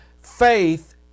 Faith